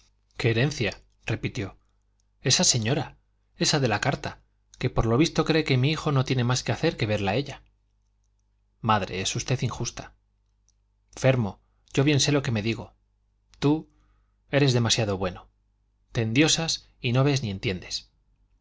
herencia repitió esa señora esa de la carta que por lo visto cree que mi hijo no tiene más que hacer que verla a ella madre es usted injusta fermo yo bien sé lo que me digo tú eres demasiado bueno te endiosas y no ves ni entiendes